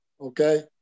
Okay